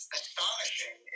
astonishing